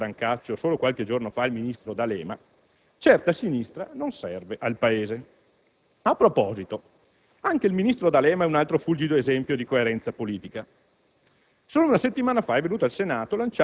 Come ci ha spiegato dal palco del teatro Brancaccio solo qualche giorno fa il ministro D'Alema: «Certa sinistra non serve al Paese». A proposito, anche il ministro D'Alema è un altro fulgido esempio di coerenza politica.